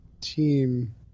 team